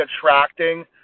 attracting